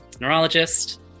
neurologist